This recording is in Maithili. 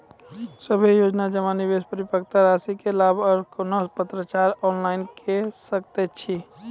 सभे योजना जमा, निवेश, परिपक्वता रासि के लाभ आर कुनू पत्राचार ऑनलाइन के सकैत छी?